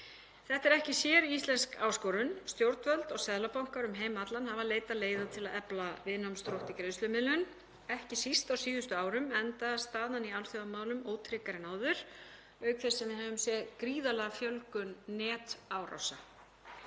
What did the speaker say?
Þetta er ekki séríslensk áskorun. Stjórnvöld og seðlabankar um heim allan hafa leitað leiða til að efla viðnámsþrótt í greiðslumiðlun, ekki síst á síðustu árum, enda staðan í alþjóðamálum ótryggara en áður auk þess sem við höfum séð gríðarlega fjölgun netárása.